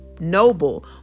noble